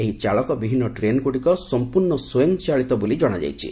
ଏହି ଚାଳକ ବିହିନ ଟ୍ରେନ୍ଗୁଡ଼ିକ ସମ୍ପୂର୍ଣ୍ଣ ସ୍ୱୟଂଚାଳିତ ବୋଲି ଜଣାଯାଇଛି